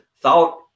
thought